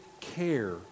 care